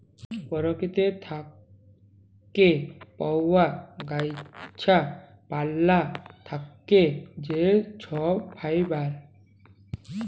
পরকিতি থ্যাকে পাউয়া গাহাচ পালা থ্যাকে যে ছব ফাইবার